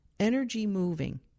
energy-moving